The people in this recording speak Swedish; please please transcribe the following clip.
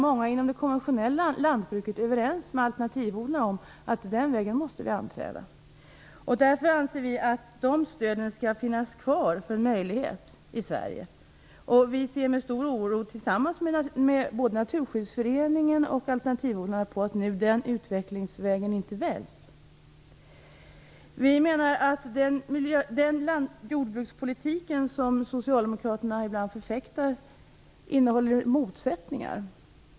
Många inom det konventionella lantbruket är överens med alternativodlarna om att vi måste anträda den vägen. Därför anser vi att dessa stöd skall finnas kvar som en möjlighet i Sverige. Tillsammans med både Naturskyddsföreningen och alternativodlarna ser vi med stor oro på att den utvecklingsvägen inte väljs. Vi menar att den jordbrukspolitik som socialdemokraterna ibland förfäktar innehåller motsättningar.